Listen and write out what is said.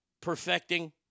perfecting